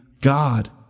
God